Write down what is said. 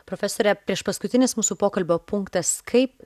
profesore priešpaskutinis mūsų pokalbio punktas kaip